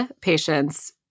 patients